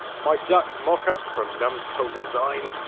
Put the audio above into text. my duck mock-up from numskull designs.